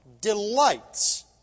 delights